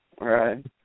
right